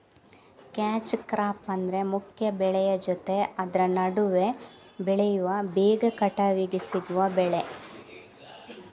catch crop ಅಂದ್ರೆ ಮುಖ್ಯ ಬೆಳೆಯ ಜೊತೆ ಆದ್ರ ನಡುವೆ ಬೆಳೆಯುವ ಬೇಗ ಕಟಾವಿಗೆ ಸಿಗುವ ಬೆಳೆ